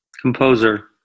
Composer